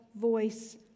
voice